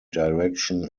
direction